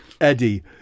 Eddie